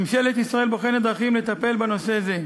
ממשלת ישראל בוחנת דרכים לטפל בנושא זה.